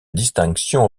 distinction